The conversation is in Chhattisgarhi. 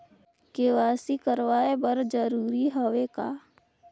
के.वाई.सी कराय बर जरूरी हवे का?